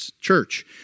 church